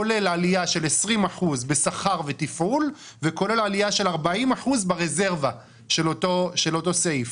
כולל עלייה של 20% בשכר ותפעול וכולל עלייה של 40% ברזרבה של אותו סעיף.